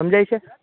સમ્જાય છે